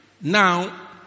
Now